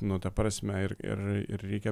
nu ta prasme ir ir ir reikia